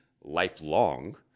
lifelong